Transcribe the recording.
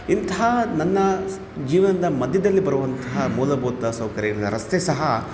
ಇಂತಹ ನನ್ನ ಜೀವನದ ಮಧ್ಯದಲ್ಲಿ ಬರುವಂತಹ ಮೂಲಭೂತ ಸೌಕರ್ಯಗಳ ರಸ್ತೆ ಸಹ